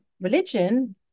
religion